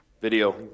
video